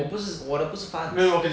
我不是我的不是 funds